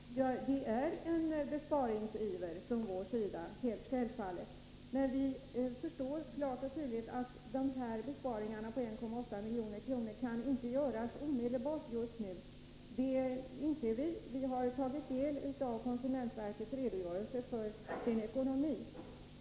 Fru talman! Det är självfallet en besparingsiver från vår sida. Men vi inser helt klart att besparingen på 1,8 milj.kr. inte kan göras omedelbart. Vi har tagit del av konsumentverkets redogörelse för sin ekonomi.